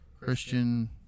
Christian